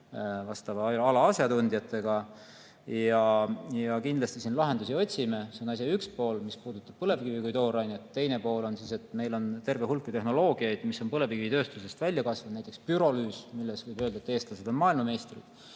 vastava ala asjatundjatega. Kindlasti me siin lahendusi otsime. See on asja üks pool, mis puudutab põlevkivi kui toorainet. Teine pool on see, et meil on terve hulk tehnoloogiaid, mis on põlevkivitööstusest välja kasvanud, näiteks pürolüüs, milles, võib öelda, eestlased on maailmameistrid.